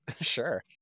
Sure